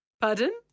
Pardon